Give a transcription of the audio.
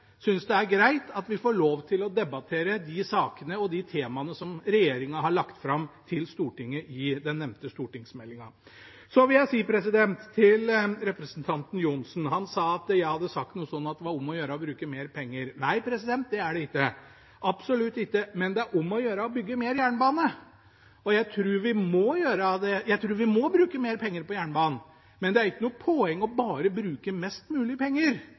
synes det er greit at vi får lov til å debattere de sakene og de temaene som regjeringen har lagt fram for Stortinget i den nevnte stortingsmeldingen. Så vil jeg si til representanten Johnsen, som sa at jeg hadde sagt noe om at det var om å gjøre å bruke mer penger. Nei, det er det ikke, absolutt ikke, men det er om å gjøre å bygge mer jernbane. Jeg tror vi må bruke mer penger på jernbanen, men det er ikke noe poeng bare å bruke mest mulig penger.